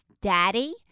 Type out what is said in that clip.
daddy